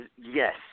yes